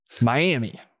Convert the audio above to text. Miami